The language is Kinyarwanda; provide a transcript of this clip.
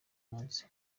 munsi